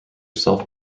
self